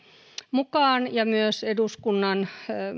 mukaan ja myös eduskunnan